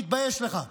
תתבייש לך.